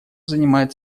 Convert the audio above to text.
занимает